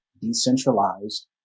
decentralized